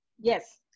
yes